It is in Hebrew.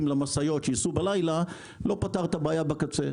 למשאיות שייסעו בלילה לא פתר את הבעיה בקצה.